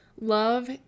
Love